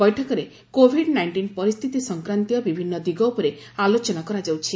ବୈଠକରେ covid nineteen ପରିସ୍ଥିତି ସଂକ୍ରାନ୍ତୀୟ ବିଭିନ୍ନ ଦିଗ ଉପରେ ଆଲୋଚନା କରାଯାଉଛି